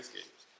Games